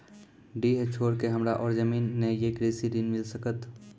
डीह छोर के हमरा और जमीन ने ये कृषि ऋण मिल सकत?